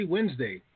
Wednesday